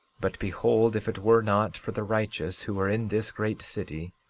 but behold, if it were not for the righteous who are in this great city,